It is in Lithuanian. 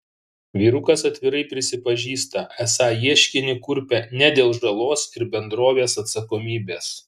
vyrukas atvirai prisipažįsta esą ieškinį kurpia ne dėl žalos ir bendrovės atsakomybės